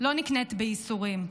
לא נקנית בייסורים.